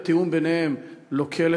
התיאום ביניהם לוקה,